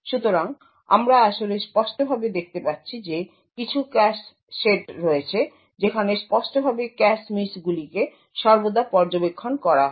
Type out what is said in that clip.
সুতরাং আমরা আসলে স্পষ্টভাবে দেখতে পাচ্ছি যে কিছু ক্যাশ সেট রয়েছে যেখানে স্পষ্টভাবে ক্যাশ মিসগুলিকে সর্বদা পর্যবেক্ষণ করা হয়